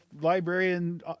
librarian